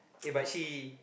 k but she